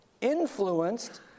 influenced